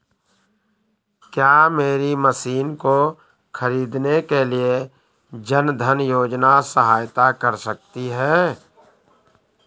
क्या मेरी मशीन को ख़रीदने के लिए जन धन योजना सहायता कर सकती है?